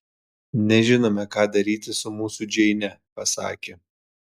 nežinome ką daryti su mūsų džeine pasakė